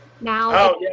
Now